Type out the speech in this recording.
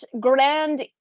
Grand